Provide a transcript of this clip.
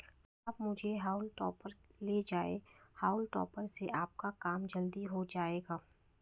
आप मुझसे हॉउल टॉपर ले जाएं हाउल टॉपर से आपका काम जल्दी हो जाएगा